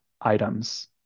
items